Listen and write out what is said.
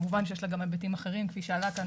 כמובן שיש לה גם היבטים אחרים כפי שעלה כאן,